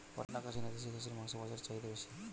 পাটনা খাসি না দেশী খাসির মাংস বাজারে চাহিদা বেশি?